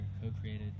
co-created